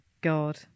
God